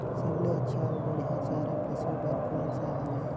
सबले अच्छा अउ बढ़िया चारा पशु बर कोन सा हवय?